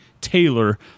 Taylor